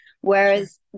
whereas